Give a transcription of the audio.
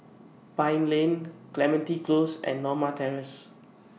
Pine Lane Clementi Close and Norma Terrace